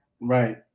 Right